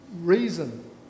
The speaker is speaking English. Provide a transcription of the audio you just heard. reason